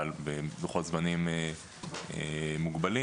אבל בלוחות זמנים מוגבלים